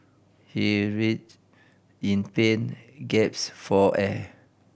he writhed in pain gaps for air